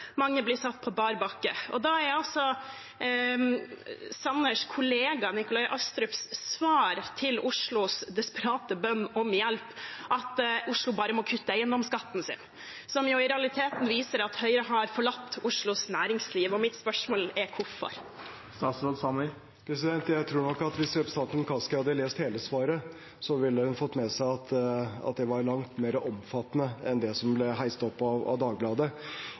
mange blir satt på bar bakke. Da er altså svaret fra Sanners kollega Nikolai Astrup på Oslos desperate bønn om hjelp at Oslo bare må kutte eiendomsskatten sin, noe som i realiteten viser at Høyre har forlatt Oslos næringsliv. Mitt spørsmål er: Hvorfor? Jeg tror nok at hvis representanten Kaski hadde lest hele svaret, ville hun ha fått med seg at det var langt mer omfattende enn det som ble hausset opp av Dagbladet.